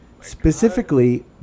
specifically